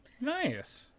Nice